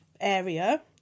area